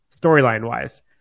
storyline-wise